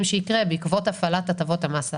שיקרה בעקבות הפעלת הטבות המס הללו.